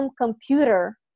computer